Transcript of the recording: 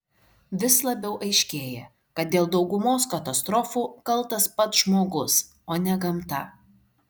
vis labiau aiškėja kad dėl daugumos katastrofų kaltas pats žmogus o ne gamta